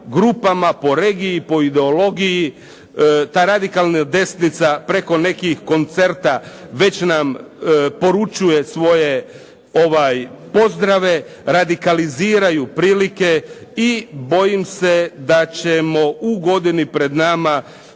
po regiji, po ideologiji, ta radikalna desnica preko nekih koncerta već nam poručuje svoje pozdrave, radikaliziraju prilike, i bojim se da ćemo u godini pred nama